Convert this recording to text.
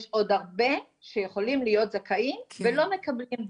יש עוד הרבה שיכולים להיות זכאים ולא מקבלים,